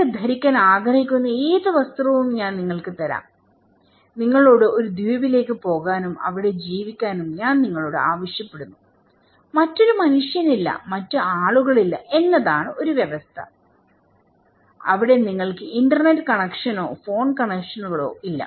നിങ്ങൾക്ക് ധരിക്കാൻ ആഗ്രഹിക്കുന്ന ഏത് വസ്ത്രവും ഞാൻ നിങ്ങൾക്ക് തരാം നിങ്ങളോട് ഒരു ദ്വീപിലേക്ക് പോകാനും അവിടെ ജീവിക്കാനും ഞാൻ നിങ്ങളോട് ആവശ്യപ്പെടുന്നു മറ്റൊരു മനുഷ്യനില്ല മറ്റ് ആളുകളില്ല എന്നതാണ് ഒരു വ്യവസ്ഥ അവിടെ നിങ്ങൾക്ക് ഇന്റർനെറ്റ് കണക്ഷനോ ഫോൺ കണക്ഷനുകളോ ഇല്ല